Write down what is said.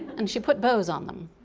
and she put bows on them.